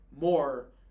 more